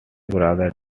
brother